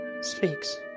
speaks